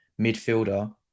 midfielder